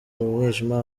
mwijima